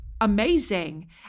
amazing